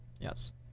Yes